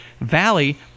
Valley